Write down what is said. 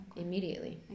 immediately